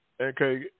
Okay